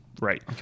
right